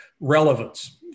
relevance